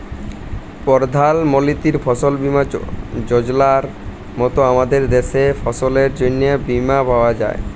পরধাল মলতির ফসল বীমা যজলার মত আমাদের দ্যাশে ফসলের জ্যনহে বীমা পাউয়া যায়